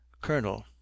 colonel